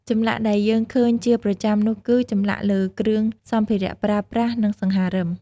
ចម្លាក់ដែលយើងឃើញជាប្រចាំនោះគឺ ចម្លាក់លើគ្រឿងសម្ភារៈប្រើប្រាស់ និងសង្ហារឹម។